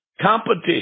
competition